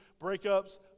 breakups